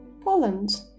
Poland